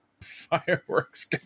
fireworks